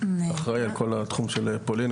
אחראי על כל התחום של פולין,